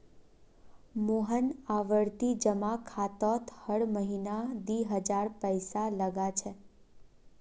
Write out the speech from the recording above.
मोहन आवर्ती जमा खातात हर महीना दी हजार पैसा लगा छे